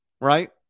right